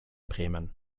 bremen